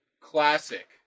classic